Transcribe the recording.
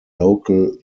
local